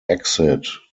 exit